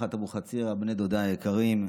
משפחת אבוחצירא, בני דודיי היקרים,